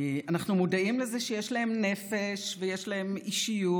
אנחנו מודעים לזה שיש להן נפש ויש להן אישיות